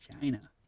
China